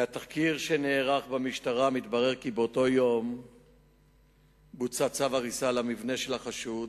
מהתחקיר שנערך במשטרה מתברר כי באותו יום בוצע צו הריסה למבנה של החשוד.